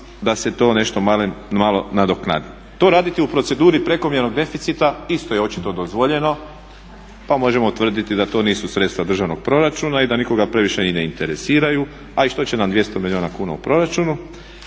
da se to nešto malo nadoknadi. To raditi u proceduri prekomjernog deficita isto je očito dozvoljeno pa možemo utvrditi da to nisu sredstva državnog proračuna i da nikoga previše i ne interesiraju, a i što će nam 200 milijuna kuna u proračunu.